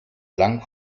lang